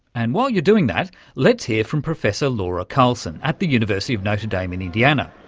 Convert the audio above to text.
and while you're doing that let's hear from professor laura carlson at the university of notre dame in indiana,